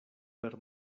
per